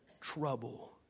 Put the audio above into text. trouble